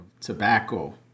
tobacco